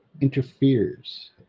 interferes